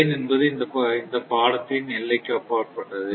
ஏன் என்பது இந்த படத்தின் எல்லைக்கு அப்பாற்பட்டது